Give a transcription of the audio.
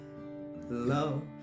love